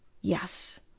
Yes